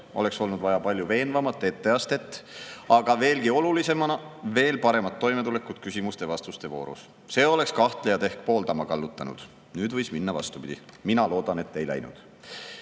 oleks olnud vaja palju veenvamat etteastet, aga veelgi olulisem, paremat toimetulekut küsimuste-vastuste voorus. See oleks kahtlejad ehk pooldama kallutanud. Nüüd võis minna vastupidi, mina loodan, et ei